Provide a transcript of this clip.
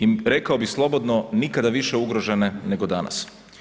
I rekao bih slobodno nikada više ugrožene nego danas.